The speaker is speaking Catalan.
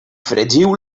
fregiu